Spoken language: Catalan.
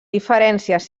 diferències